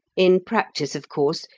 in practice, of course,